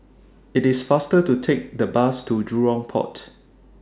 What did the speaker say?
IT IS faster to Take The Bus to Jurong Port